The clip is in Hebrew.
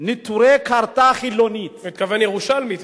'נטורי קרתא החילונית'" הוא מתכוון ירושלמית,